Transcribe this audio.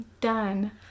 Done